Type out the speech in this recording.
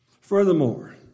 Furthermore